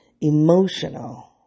emotional